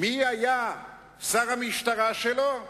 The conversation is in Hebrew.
מי היה שר המשטרה שלו?